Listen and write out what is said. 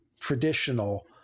traditional